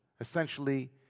Essentially